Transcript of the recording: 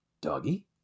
Doggy